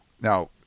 Now